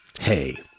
Hey